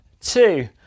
two